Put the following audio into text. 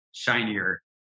shinier